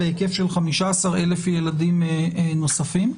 בהיקף של 15,000 ילדים נוספים,